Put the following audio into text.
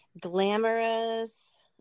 glamorous